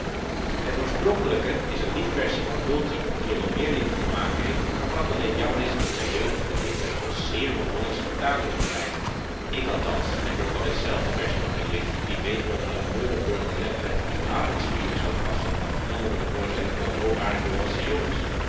het oorspronkelijke is een lief versje van hölty die er wel meer lieve gemaakt heeft waarvan het alleen jammer is dat zij jeugdige dichters tot zeer onhollandsche vertalingen verleiden ik althans heb er van dit zelfde versje nog een liggen die beter onder een neurenburger legprent knabenspiele zou passen dan onder de voorstelling van een hoop aardige